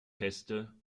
feste